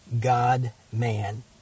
God-man